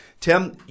Tim